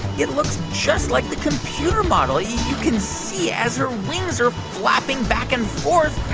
it looks just like the computer model. you can see as her wings are flapping back and forth,